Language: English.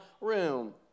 room